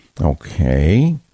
Okay